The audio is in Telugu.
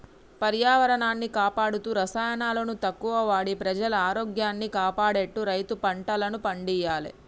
పర్యావరణాన్ని కాపాడుతూ రసాయనాలను తక్కువ వాడి ప్రజల ఆరోగ్యాన్ని కాపాడేట్టు రైతు పంటలను పండియ్యాలే